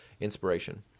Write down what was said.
inspiration